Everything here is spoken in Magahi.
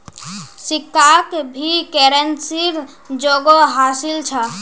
सिक्काक भी करेंसीर जोगोह हासिल छ